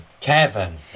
Kevin